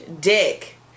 dick